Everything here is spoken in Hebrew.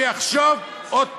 שיחשוב עוד פעם.